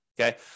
Okay